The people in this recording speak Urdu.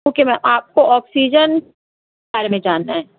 اوکے میم آپ کو آکسیجن بارے میں جاننا ہے